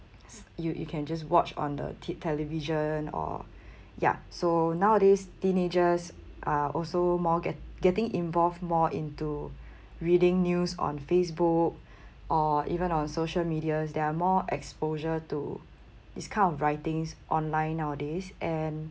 you you can just watch on the t~ television or yeah so nowadays teenagers are also more get getting involved more into reading news on facebook or even on social media there are more exposure to this kind of writings online nowadays and